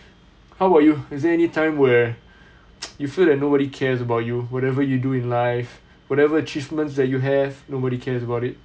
how about you is there anytime where you feel that nobody cares about you whatever you do in life whatever achievements that you have nobody cares about it